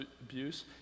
abuse